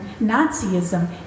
Nazism